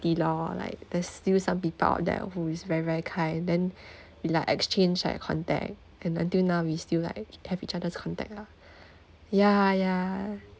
loh like there's still some people out there who is very very kind then we like exchange like contact and until now we still like have each other's contact lah ya ya